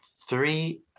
three